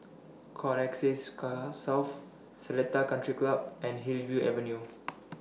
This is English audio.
Connexis South Seletar Country Club and Hillview Avenue